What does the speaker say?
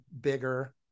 bigger